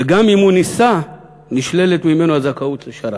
וגם אם הוא נישא נשללת ממנו הזכאות לשר"מ.